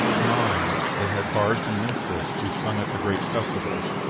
nine. they had bards and minstrels, who sung at the great festivals.